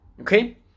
okay